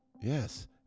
Yes